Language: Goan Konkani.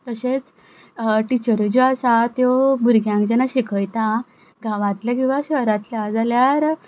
तशेंच टिचरी ज्यो आसा त्यो भुरग्यांक जेन्ना शिकयता गांवांतल्या किंवां शहरांतल्या जाल्यार